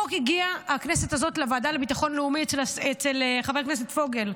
בכנסת הזאת החוק הגיע לוועדה לביטחון לאומי אצל חבר הכנסת פוגל.